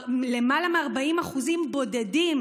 למעלה מ-40% בודדים.